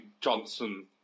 Johnson